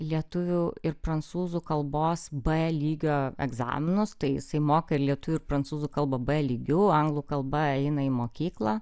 lietuvių ir prancūzų kalbos b lygio egzaminus tai jisai moka ir lietuvių ir prancūzų kalbą b lygiu anglų kalba eina į mokyklą